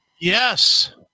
Yes